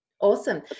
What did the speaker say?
Awesome